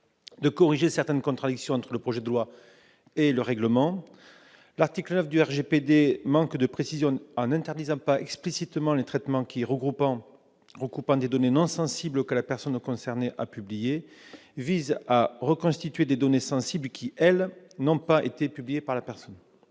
de corriger certaines contradictions entre le projet de loi et le règlement. L'article 9 du RGPD manque de précision en n'interdisant pas explicitement les traitements qui, recoupant des données non sensibles que la personne concernée a publiées, visent à reconstituer des données sensibles, qui, elles, n'ont jamais été publiées par la personne.